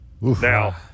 Now